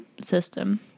system